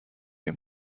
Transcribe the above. این